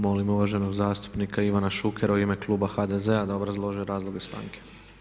Molim uvaženog zastupnika Ivana Šukera u ime kluba HDZ-a da obrazloži razloge stanke.